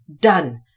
Done